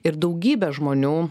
ir daugybė žmonių